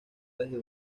desde